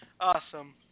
Awesome